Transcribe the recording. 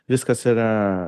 viskas yra